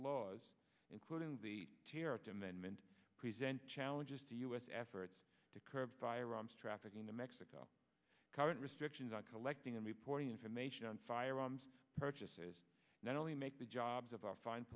laws including the terror to amendment present challenges to u s efforts to curb firearms trafficking to mexico current restrictions on collecting and reporting information on firearms purchases not only make the jobs of our fin